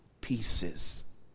pieces